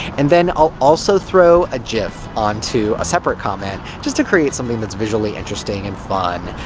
and then i'll also throw a gif onto a separate comment just to create something that's visually interesting and fun,